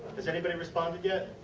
has anybody responded yet?